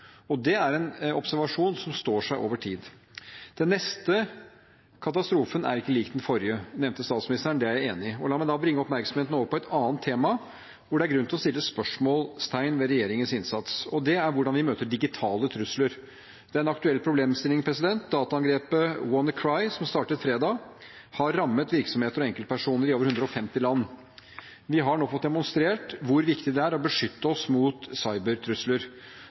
kultur. Det er en observasjon som står seg over tid. Den neste katastrofen er ikke lik den forrige, nevnte statsministeren. Det er jeg enig i. La meg da bringe oppmerksomheten over på et annet tema hvor det er grunn til å sette spørsmålstegn ved regjeringens innsats, og det er hvordan vi møter digitale trusler. Det er en aktuell problemstilling. Dataangrepet WannaCry, som startet fredag, har rammet virksomheter og enkeltpersoner i over 150 land. Vi har nå fått demonstrert hvor viktig det er å beskytte oss mot cybertrusler.